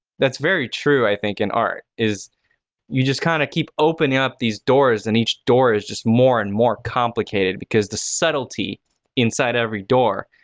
that's very true i think in art, is you just kind of keep opening up these doors and each door is just more and more complicated because the subtlety inside every door